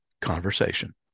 conversation